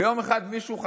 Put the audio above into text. ויום אחד חשבו